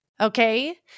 Okay